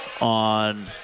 on